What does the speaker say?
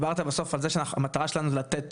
דיברת על זה שהמטרה שלנו לתת